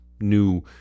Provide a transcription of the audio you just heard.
new